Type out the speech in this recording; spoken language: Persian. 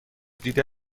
دیده